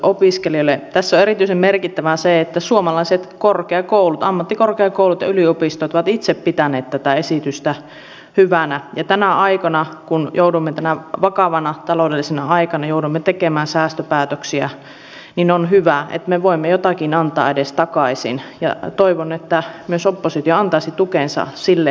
tässä on erityisen merkittävää se että suomalaiset korkeakoulut ammattikorkeakoulut ja yliopistot ovat itse pitäneet tätä esitystä hyvänä ja kun joudumme tänä vakavana taloudellisena aikana tekemään säästöpäätöksiä niin on hyvä että me voimme edes jotakin antaa takaisin ja toivon että myös oppositio antaisi tukensa sille